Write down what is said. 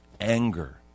anger